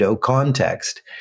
context